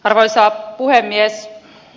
arvoisa puhemies